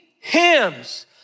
hymns